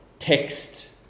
Text